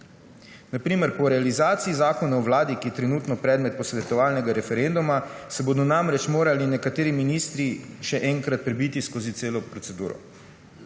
Na primer po realizaciji zakona o vladi, ki je trenutno predmet posvetovalnega referenduma, se bodo namreč morali nekateri ministri še enkrat prebiti skozi celo proceduro.